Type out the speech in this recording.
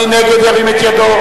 מי נגד, ירים את ידו.